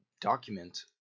document